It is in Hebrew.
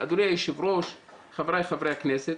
אדוני היושב-ראש, חבריי חברי הכנסת,